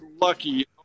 lucky